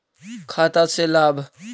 खाता से लाभ?